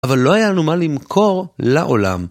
אבל לא היה לנו מה למכור לעולם.